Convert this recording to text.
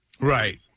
Right